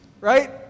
right